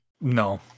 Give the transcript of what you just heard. No